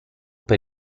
per